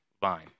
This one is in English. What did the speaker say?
vine